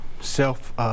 self